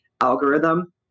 algorithm